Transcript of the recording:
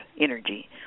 energy